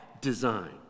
design